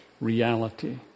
Reality